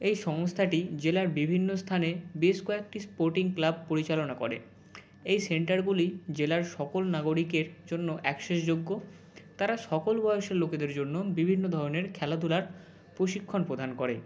এই সংস্থাটি জেলার বিভিন্ন স্থানে বেশ কয়েকটি স্পোর্টিং ক্লাব পরিচালনা করে এই সেন্টারগুলি জেলার সকল নাগরিকের জন্য অ্যাক্সেস যোগ্য তার সকল বয়েসের লোকেদের জন্য বিভিন্ন ধরনের খেলাধূলার প্রশিক্ষণ প্রদান করেন